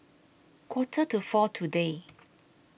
Quarter to four today